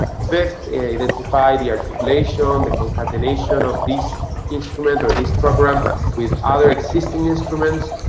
fifth identify the articulation, the concatenation of this instrument or this program with other existing instruments.